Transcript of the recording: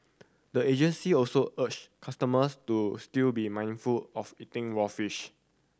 the agency also urged customers to still be mindful of eating raw fish